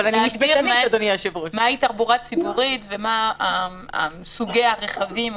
להגדיר מהי תחבורה ציבורית ומה סוגי הרכבים או